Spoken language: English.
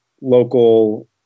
local